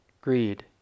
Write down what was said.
greed